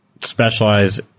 specialize